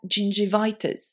gingivitis